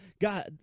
God